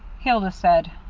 hilda said,